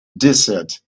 desert